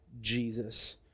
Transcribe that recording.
Jesus